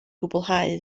gwblhau